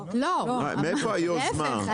מאיפה היוזמה?